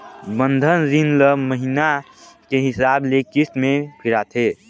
बंधन रीन ल महिना के हिसाब ले किस्त में फिराथें